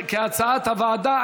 כהצעת הוועדה.